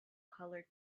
colored